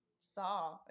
saw